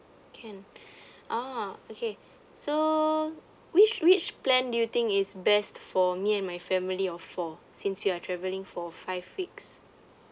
can oh okay so which which plan do you think is best for me and my family of four since we are travelling for five weeks